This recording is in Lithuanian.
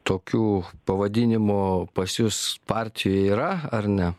tokių pavadinimų pas jus partijoj yra ar ne